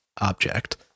object